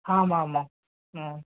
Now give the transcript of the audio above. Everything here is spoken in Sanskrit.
आमामां आम्